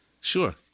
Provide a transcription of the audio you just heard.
Sure